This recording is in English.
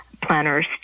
planners